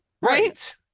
Right